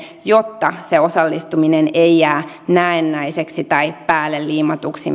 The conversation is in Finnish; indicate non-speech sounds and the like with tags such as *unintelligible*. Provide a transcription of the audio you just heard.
jotta se osallistuminen ei jää näennäiseksi tai päälleliimatuksi *unintelligible*